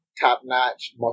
top-notch